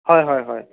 হয় হয় হয়